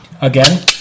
again